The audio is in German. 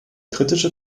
britische